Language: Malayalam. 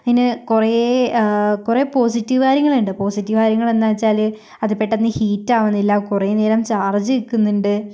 അതിന് കുറേ കുറേ പോസിറ്റീവ് കാര്യങ്ങളുണ്ട് പോസിറ്റീവ് കാര്യങ്ങള് എന്താണെന്നുവെച്ചാല് അത് പെട്ടന്ന് ഹീറ്റാവുന്നില്ല കുറേ നേരം ചാർജ് നിൽക്കുന്നുണ്ട്